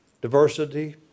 Diversity